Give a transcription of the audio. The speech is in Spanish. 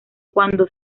cuando